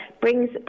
brings